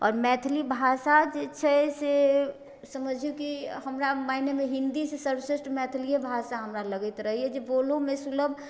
आओर मैथिली भाषा जे छै से समझिऔ कि हमरा माइनेमे हिन्दीसँ सर्वश्रेष्ठ मैथिलिए भाषा हमरा लगैत रहैए जे बोलैओमे सुलभ आओर